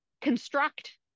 construct